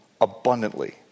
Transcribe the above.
abundantly